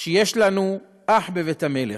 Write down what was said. שיש לנו אח בבית המלך.